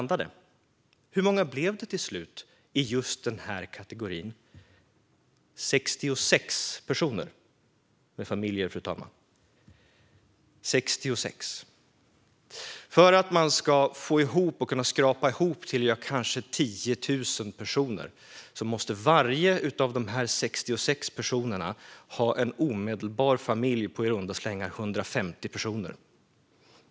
Hur många blev det till slut i just den här kategorin? Det blev 66 personer med familjer, fru talman. För att man ska kunna skrapa ihop till kanske 10 000 personer måste varje person av dessa 66 ha en omedelbar familj på i runda slängar 150 personer.